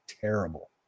terrible